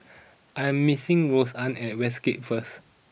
I'm meeting Roseann at Westgate first